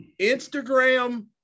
Instagram